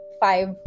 five